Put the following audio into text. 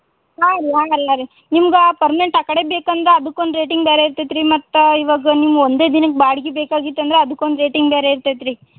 ಹಾಂ ರೀ ಹಾಂ ರೀ ಹಾಂ ರೀ ನಿಮ್ಗೆ ಪರ್ಮ್ನೆಂಟ್ ಆ ಕಡೆ ಬೇಕಂದ ಅದಕೊಂದು ರೇಟಿಂಗ್ ಬೇರೆ ಆಯ್ತದ್ ರೀ ಮತ್ತು ಇವಾಗ ನಿಮ್ಮ ಒಂದೇ ದಿನಕ್ಕೆ ಬಾಡಿಗೆ ಬೇಕಾಗಿತ್ತಂದ್ರೆ ಅದಕ್ಕೊಂದು ರೇಟಿಂಗ್ ಬೇರೆ ಇರ್ತದ್ ರೀ